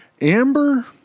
Amber